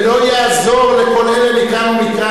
ולא יעזור לכל אלה מכאן ומכאן,